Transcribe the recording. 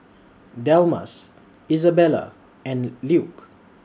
Delmas Isabella and Luke